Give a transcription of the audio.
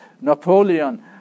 Napoleon